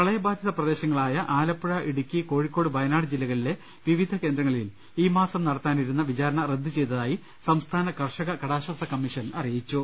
പ്രളയബാധിത പ്രദേശങ്ങളായ ആലപ്പുഴ ഇടുക്കി കോഴിക്കോട് വയ നാട് ജില്ലകളിലെ വിവിധ കേന്ദ്രങ്ങളിൽ ഈ മാസം നടത്താനിരുന്ന വിചാരണ റദ്ദ് ചെയ്തതായി സംസ്ഥാന കർഷക കടാശ്വാസ കമ്മീഷൻ അറിയിച്ചു